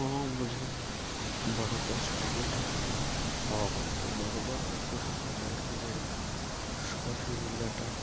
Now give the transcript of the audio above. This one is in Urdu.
ہاں مجھے برگر چاہیے تھا ہاں ہاں تو برگر کے ساتھ اور مجھے ساس بھی مل جاتا